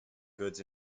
goods